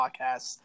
podcast